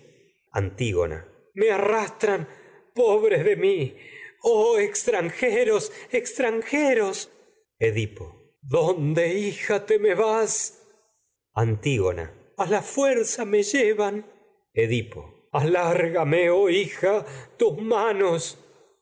antígona me arrastran pobre de mi oh extran jeros extranjeros edipo dónde hija te me vas tragedias de sófocles antígona edipo a la fuerza me llevan alárgame oh hija tus manos